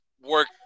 work